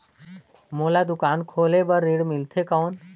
मोला दुकान खोले बार ऋण मिलथे कौन?